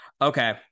Okay